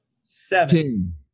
seven